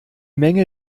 menge